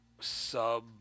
sub